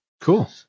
Cool